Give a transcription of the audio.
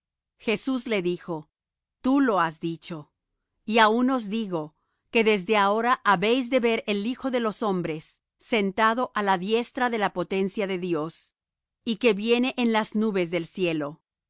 jesús le dijo tú lo has dicho y aun os digo que desde ahora habéis de ver al hijo de los hombres sentado á la diestra de la potencia de dios y que viene en las nubes del cielo